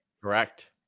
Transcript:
Correct